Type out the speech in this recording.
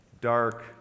dark